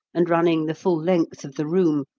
and running the full length of the room,